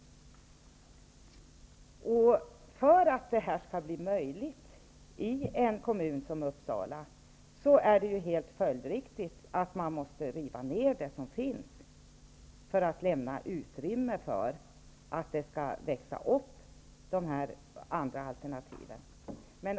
För att detta skall bli möjligt i en kommun som Uppsala måste man följdriktigt riva ned det som redan finns för att lämna utrymme för det som skall växa upp i form av privata alternativ.